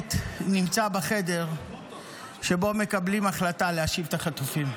באמת נמצא בחדר שבו מקבלים החלטה להשיב את החטופים.